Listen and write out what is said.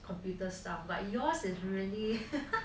computer stuff but yours is really haha